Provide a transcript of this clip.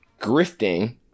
Grifting